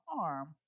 arm